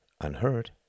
unheard